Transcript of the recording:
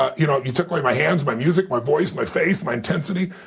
ah you know you took away my hands, my music, my voice, my face, my intensity,